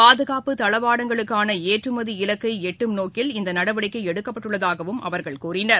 பாதுகாப்பு தளவாடங்களுக்கான ஏற்றுமதி இலக்கை எட்டும் நோக்கில் இந்த நடவடிக்கை எடுக்கப்பட்டுள்ளதாகவும் அவர்கள் கூறினர்